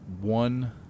one